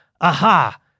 Aha